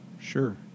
Sure